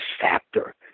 factor